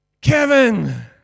Kevin